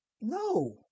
No